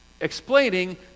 explaining